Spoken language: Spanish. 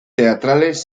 teatrales